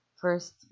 first